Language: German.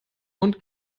und